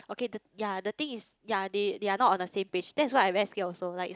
okay the yea the thing is yea they they are not on the same page that is why I very scared also like